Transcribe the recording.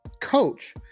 coach